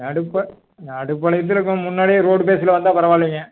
நடுப்பா நடுப்பாளையத்தில் இப்போ முன்னாடியே ரோட் பேஸில் வந்தால் பரவாயில்லைங்க